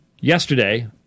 yesterday